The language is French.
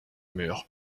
mur